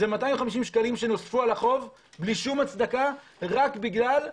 זה 250 שקלים שנוספו על החוב בלי שום הצדקה רק בגלל רשלנות.